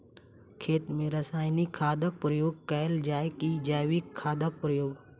खेत मे रासायनिक खादक प्रयोग कैल जाय की जैविक खादक प्रयोग?